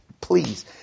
Please